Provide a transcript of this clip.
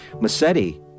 Massetti